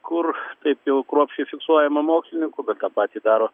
kur taip jau kruopščiai fiksuojama mokslininkų bet tą patį daro